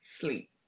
sleep